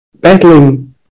battling